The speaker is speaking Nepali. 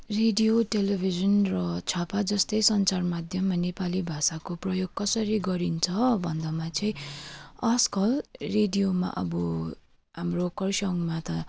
रेडियो टेलिभिजन र छापाजस्तै सञ्चार माध्यममा नेपाली भाषाको प्रयोग कसरी गरिन्छ भन्दामा चाहिँ आजकल रेडियामा अब हाम्रो खरसाङमा त